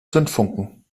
zündfunken